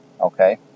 Okay